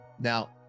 Now